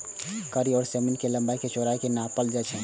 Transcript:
कड़ी सं जमीनक लंबाइ आ चौड़ाइ कें नापल जाइ छै